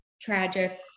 tragic